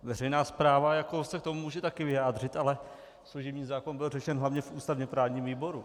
Veřejná správa se k tomu může také vyjádřit, ale služební zákon byl řešen hlavně v ústavněprávním výboru.